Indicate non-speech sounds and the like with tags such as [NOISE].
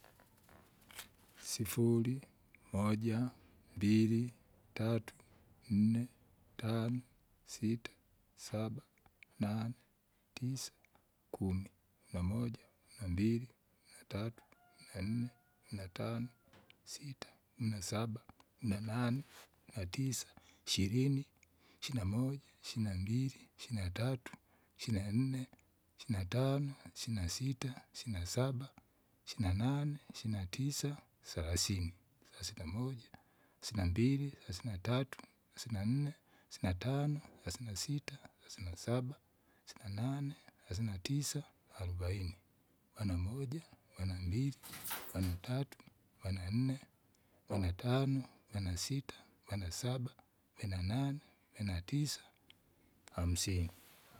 [NOISE] sifuri, moja, mbili, tatu, nne, tano, sita, saba, nane, tisa, kumi, namoja, nambili, natatu, [NOISE] nanne, natano, natano, [NOISE] sita, kumi nasaba, kumi nanane, natisa, ishirini, ishina moja, ishina mbili, ishina tatu, ishina nne, ishina tano, ishina sita, ishina saba, ishina nane, ishina tisa, salasini, sasina moja, sina mbili, sasina tatu, sasina inne, sina tano, sasina sita, sasina saba, sina nane, sasina tisa, arubaini, bana moja, bana mbili, [NOISE] bana tatu, bana nne, bana tano, bana sita, bana saba, bena nane, bena tisa, hamsini. [NOISE]